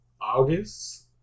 August